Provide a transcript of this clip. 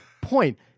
point